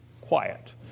quiet